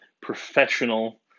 professional